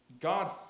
God